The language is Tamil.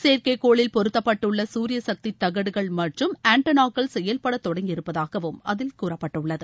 செயற்கைக் கோளில் பொருத்தப்பட்டுள்ளகுர்யசக்திதகடுகள் மற்றும் ஆண்டனாக்கள் செயல்படதொடங்கியிருப்பதாகவும் அதில் கூறப்பட்டுள்ளது